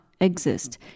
exist